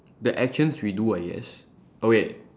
the actions we do I guess oh wait